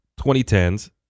2010s